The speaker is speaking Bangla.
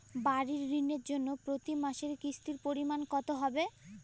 বাড়ীর ঋণের জন্য প্রতি মাসের কিস্তির পরিমাণ কত হবে?